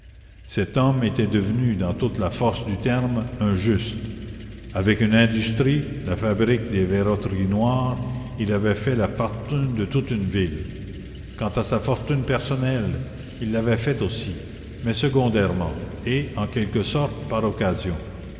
cet homme était devenu dans toute la force du terme un juste avec une industrie la fabrique des verroteries noires il avait fait la fortune de toute une ville quant à sa fortune personnelle il l'avait faite aussi mais secondairement et en quelque sorte par occasion